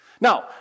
Now